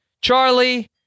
charlie